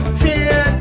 fear